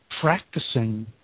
practicing